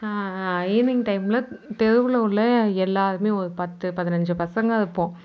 evening டைமில் தெருவில் உள்ள எல்லோருமே ஒரு பத்து பதினஞ்சி பசங்கள் இருப்போம்